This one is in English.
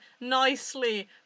nicely